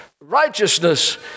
righteousness